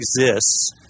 exists